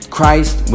Christ